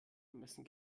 ermessen